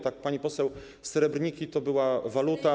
Tak, pani poseł, srebrniki to była waluta.